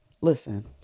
Listen